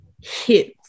hits